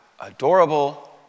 adorable